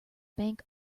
bank